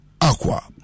Aqua